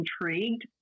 intrigued